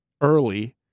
early